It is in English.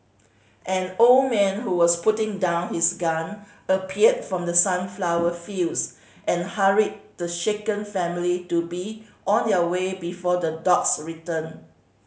an old man who was putting down his gun appeared from the sunflower fields and hurried the shaken family to be on their way before the dogs return